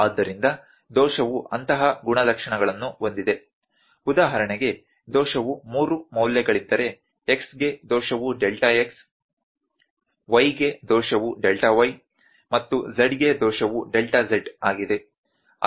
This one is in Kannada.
ಆದ್ದರಿಂದ ದೋಷವು ಅಂತಹ ಗುಣಲಕ್ಷಣಗಳನ್ನು ಹೊಂದಿದೆ ಉದಾಹರಣೆಗೆ ದೋಷವು 3 ಮೌಲ್ಯಗಳಿದ್ದರೆ x ಗೆ ದೋಷವು ಡೆಲ್ಟಾ x y ಗೆ ದೋಷವು ಡೆಲ್ಟಾ y ಮತ್ತು z ಗೆ ದೋಷವು ಡೆಲ್ಟಾ z ಆಗಿದೆ